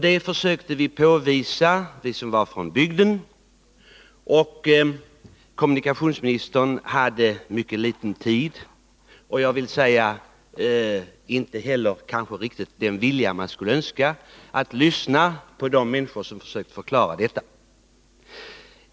Det försökte vi som var från bygden att påvisa, men kommunikationsministern hade vid tillfället mycket kort tid till sitt förfogande och kanske inte heller riktigt den vilja man skulle önskat att han haft till att lyssna på de människor som försökte förklara situationen.